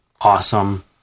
awesome